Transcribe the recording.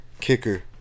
Kicker